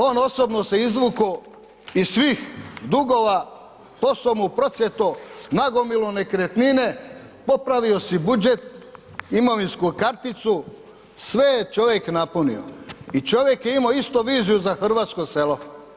Ono osobno se izvukao iz svih dugova, posao mu procvjetao, nagomilao nekretnine, popravio si budžet, imovinsku karticu, sve je čovjek napunio i čovjek je imao istu viziju za hrvatsko selo.